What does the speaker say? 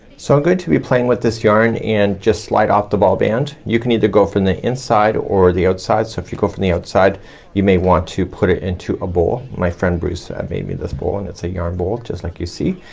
so i'm going to be playing with this yarn, and just slide off the ball band. you can either go from the inside, or the outside. so if you go from the outside you may want to put it into a bowl. my friend bruce made me this bowl, and it's a yarn bowl. just like you see.